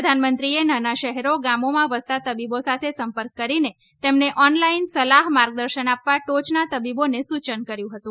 પ્રધાનમંત્રીએ નાના શહેરો ગામોમાં વસતા તબીબો સાથે સંપર્ક કરીને તેમને ઓનલાઇન સલાહ્ માર્ગદર્શન આપવા ટોચના તબીબોને સૂચન કર્યું હતું